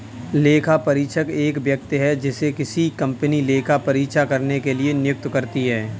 लेखापरीक्षक एक व्यक्ति है जिसे किसी कंपनी लेखा परीक्षा करने के लिए नियुक्त करती है